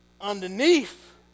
underneath